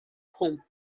pump